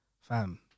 fam